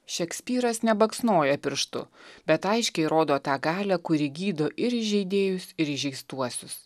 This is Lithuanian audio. šekspyras nebaksnoja pirštu bet aiškiai rodo tą galią kuri gydo ir įžeidėjus ir įžeistuosius